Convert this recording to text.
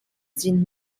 sind